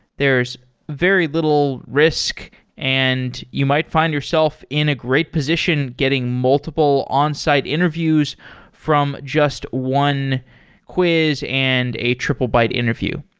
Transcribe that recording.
there's very little risk and you might find yourself in a great position getting multiple onsite interviews from just one quiz and a triplebyte interview.